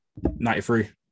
93